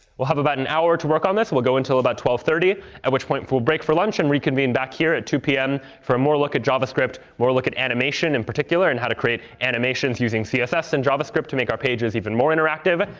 we'll have about an hour to work on this. we'll go until about twelve thirty, at which point we'll break for lunch and reconvene back here at two zero pm for more look at javascript, more look at animation in particular and how to create animations using css in javascript to make our pages even more interactive.